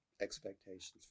expectations